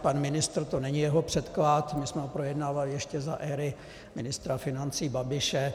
Pan ministr, to není jeho předklad, my jsme ho projednávali ještě za éry ministra financí Babiše.